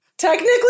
Technically